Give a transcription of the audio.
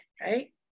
right